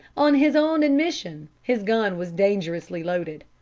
on his own admission, his gun was dangerously loaded.